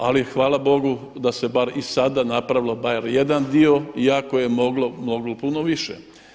Ali hvala bogu da se bar i sada napravilo bar jedan dio iako je moglo puno više.